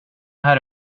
här